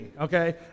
okay